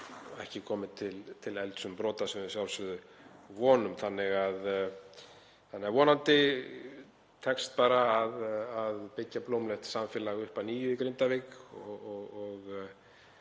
ekki komið til eldsumbrota, sem við að sjálfsögðu vonum. Vonandi tekst bara að byggja blómlegt samfélag upp að nýju í Grindavík og